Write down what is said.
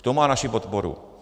V tom má naši podporu.